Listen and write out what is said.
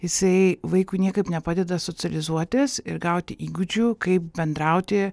jisai vaikui niekaip nepadeda socializuotis ir gauti įgūdžių kai bendrauti